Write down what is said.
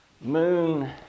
moon